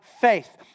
faith